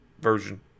version